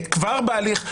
כבר בהליך.